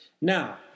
Now